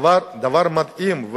דבר מדהים.